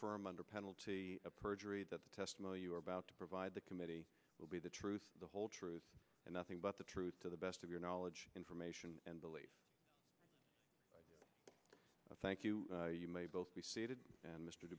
affirm under penalty of perjury that the testimony you are about to provide the committee will be the truth the whole truth and nothing but the truth to the best of your knowledge information and belief thank you you may both be seated and m